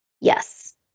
Yes